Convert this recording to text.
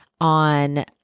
on